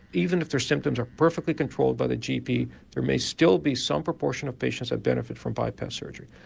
even if their symptoms are perfectly controlled by the gp there may still be some proportion of patients that benefit from bypass surgery.